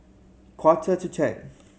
quarter to ten